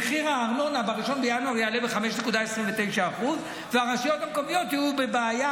כשב-1 בינואר הארנונה תעלה ב-5.29% והרשויות המקומיות תהיינה בבעיה